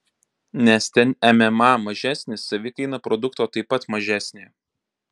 nes ten mma mažesnis savikaina produkto taip pat mažesnė